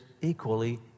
equally